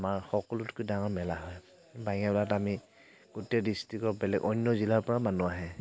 আমাৰ সকলোতকৈ ডাঙৰ মেলা হয় বাঙীয়া মেলাত আমি গোটেই ডিষ্ট্ৰিকৰ বেলেগ অন্য জিলাৰ পৰা মানুহ আহে